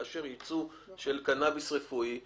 אפשר לאשר ייצוא של קנאביס רפואי.